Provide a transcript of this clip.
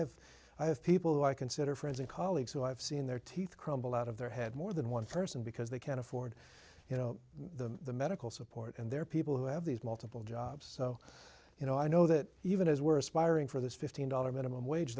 have i have people who i consider friends and colleagues who i've seen their teeth crumble out of their head more than one person because they can't afford you know the medical support and they're people who have these multiple jobs so you know i know that even as we're aspiring for this fifteen dollar minimum wage